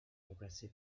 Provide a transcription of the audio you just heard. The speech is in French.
remplacé